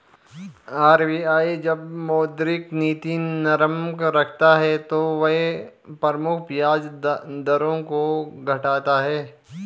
RBI जब मौद्रिक नीति नरम रखता है तो वह प्रमुख ब्याज दरों को घटाता है